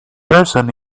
person